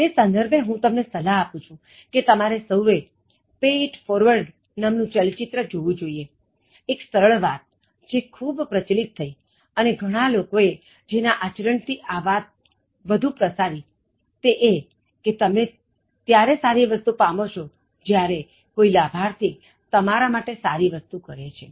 તે સંદર્ભે હું તમને સલાહ આપું છું કે તમારે સહુએ Pay It Forward નામ નું ચલચિત્ર જોવું જોઈએ એક સરળ વાત જે ખૂબ પ્રચલિત થઇઅને ઘણાં લોકોએ જેના આચરણથી આ વાત વધુ પ્રસારી તે એ કે તમે ત્યારે સારી વસ્તુ પામો છો જ્યારે કોઇ લાભાર્થી તમારા માટે સારી વસ્તુ કરે છે